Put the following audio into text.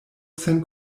sen